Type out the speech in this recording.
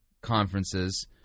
conferences